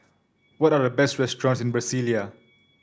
what are the best restaurants in Brasilia